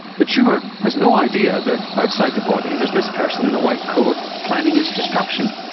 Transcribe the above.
the tumour has no idea that outside the body there is this person in a white coat planning its destruction,